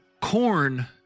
Corn